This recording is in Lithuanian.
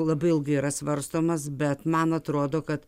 labai ilgai yra svarstomos bet man atrodo kad